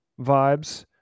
vibes